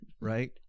right